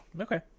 Okay